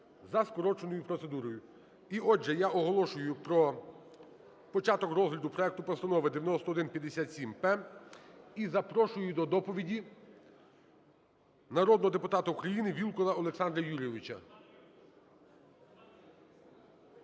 за скороченою процедурою. І отже я оголошую про початок розгляду проекту постанови 9157-П. І запрошую до доповіді народного депутата України Вілкула Олександра Юрійовича.